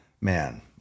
man